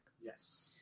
Yes